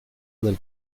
del